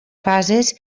fases